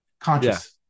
conscious